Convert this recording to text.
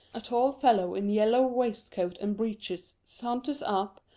a tall fellow in yellow waistcoat and breeches saunters up,